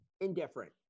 indifferent